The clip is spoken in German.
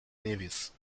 nevis